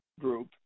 group